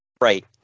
Right